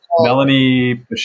Melanie